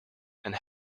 and